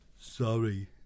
sorry